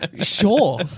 sure